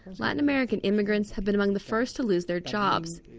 latin american immigrants have been among the first to lose their jobs.